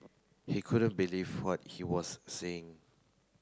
he couldn't believe what he was seeing